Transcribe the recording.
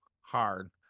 hard